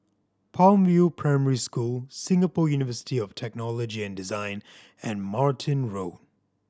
Palm View Primary School Singapore University of Technology and Design and Martin Road